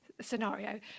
scenario